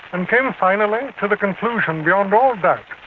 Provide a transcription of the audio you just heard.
and came finally to the conclusion beyond all doubt,